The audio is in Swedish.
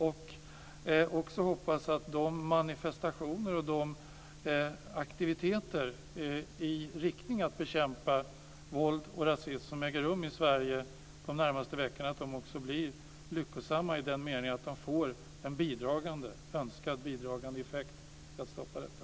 Jag hoppas också att de manifestationer och aktiviteter som äger rum i Sverige de närmaste veckorna i Sverige i riktning att bekämpa våld och rasism blir lyckosamma i den meningen att de får en önskad bidragande effekt att stoppa detta.